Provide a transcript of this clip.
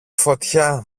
φωτιά